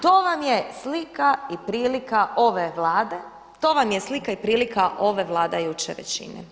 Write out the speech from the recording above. To vam je slika i prilika ove Vlade, to vam je slika i prilika ove vladajuće većine.